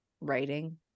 writing